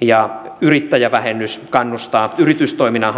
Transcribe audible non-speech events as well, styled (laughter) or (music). ja yrittäjävähennys kannustaa yritystoiminnan (unintelligible)